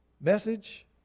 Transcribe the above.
message